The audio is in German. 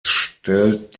stellt